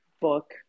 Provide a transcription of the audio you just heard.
book